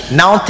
now